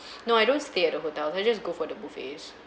no I don't stay at the hotels I just go for the buffets